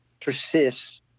persists